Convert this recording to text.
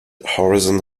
horizon